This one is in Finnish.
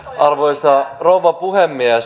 arvoisa rouva puhemies